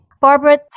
Barbara